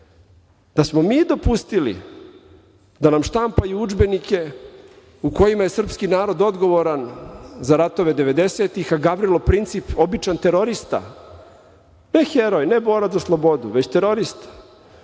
da smo mi dopustili da nam štampaju udžbenike u kojima je srpski narod odgovoran za ratove 1990-ih, a Gavrilo Princip običan terorista. Ne heroj, ne borac za slobodu, već terorista.